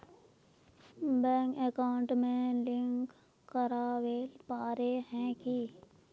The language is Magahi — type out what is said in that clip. बैंक अकाउंट में लिंक करावेल पारे है की?